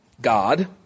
God